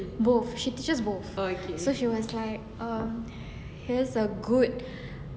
both she teaches both so she was like here is a good